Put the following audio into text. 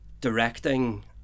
directing